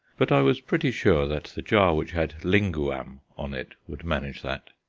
but i was pretty sure that the jar which had linguam on it would manage that.